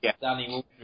Danny